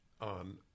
on